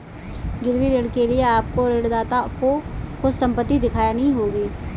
गिरवी ऋण के लिए आपको ऋणदाता को कुछ संपत्ति दिखानी होगी